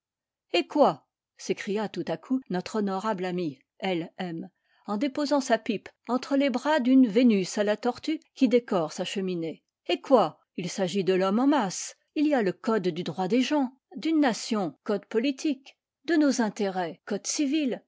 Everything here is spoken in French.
eh quoi s'écria tout à coup notre honorable ami l m en déposant sa pipe entre les bras d'une vénus à la tortue qui décore sa cheminée eh quoi il s'agit de l'homme en masse il y a le code du droit des gens d'une nation code politique de nos intérêts